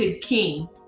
king